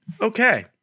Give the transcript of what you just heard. okay